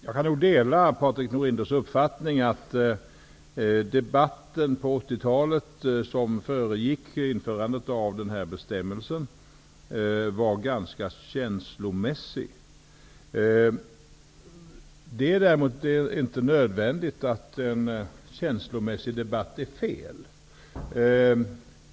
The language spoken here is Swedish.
Fru talman! Jag delar nog Patrik Norinders uppfattning att den debatt på 80-talet som föregick införandet av den här bestämmelsen var ganska känslomässig. Men en känslomässig debatt behöver inte nödvändigtvis vara fel.